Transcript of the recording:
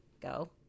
go